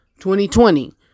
2020